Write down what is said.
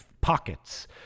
pockets